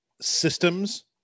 systems